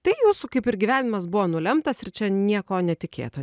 tai jūsų kaip ir gyvenimas buvo nulemtas ir čia nieko netikėto